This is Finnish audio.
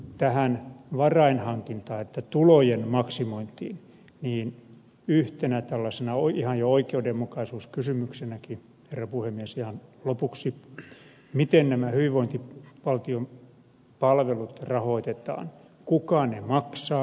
tähän varainhankintaan tulojen maksimointiin yhtenä tällaisena ihan jo oikeudenmukaisuuskysymyksenäkin herra puhemies ihan lopuksi miten nämä hyvinvointivaltion palvelut rahoitetaan kuka ne maksaa